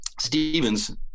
Stevens